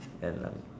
and a